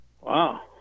wow